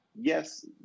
yes